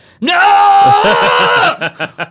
No